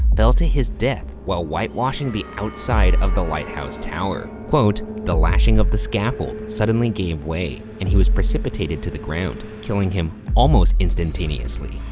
fell to his death while whitewashing the outside of the lighthouse tower. the lashing of the scaffold suddenly gave way and he was precipitated to the ground, killing him almost instantaneously.